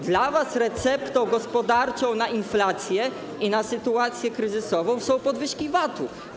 Dla was receptą gospodarczą na inflację i na sytuację kryzysową są podwyżki VAT-u.